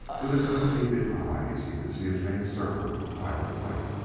with his unaided eyes he could see a faint circle of violet light.